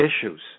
issues